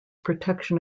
protection